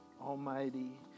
Almighty